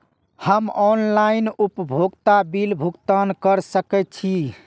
हम ऑनलाइन उपभोगता बिल भुगतान कर सकैछी?